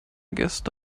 gäste